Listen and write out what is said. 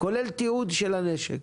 כולל תיעוד של הנשק.